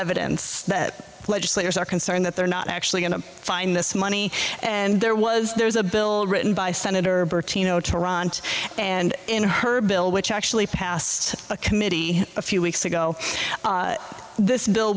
evidence that legislators are concerned that they're not actually going to find this money and there was there was a bill written by senator byrd teano toronto and in her bill which actually passed a committee a few weeks ago this bill